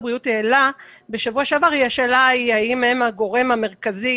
ושיעור הסיבוכים נמוך באופן ניכר בהשוואה לאוכלוסיות מבוגרות.